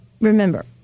remember